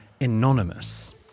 anonymous